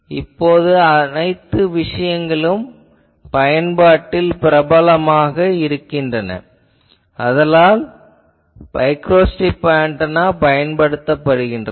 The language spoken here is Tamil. இப்போது இந்த அனைத்து விஷயங்களும் பயன்பாட்டில் பிரபலமாக இருக்கின்றன ஆதலால் மைக்ரோஸ்ட்ரிப் ஆன்டெனா பயன்படுத்தப்படுகிறது